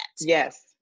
Yes